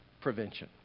prevention